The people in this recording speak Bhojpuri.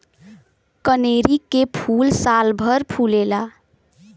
कनेरी के फूल सालभर फुलेला